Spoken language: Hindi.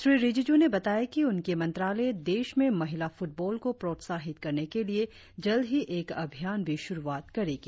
श्री रिजिज्ञ ने बताया कि उनकी मंत्रालय देश में महिला फुटबॉल को प्रोत्साहित करने के लिए जल्द ही एक अभियान की शुरुआत करेगी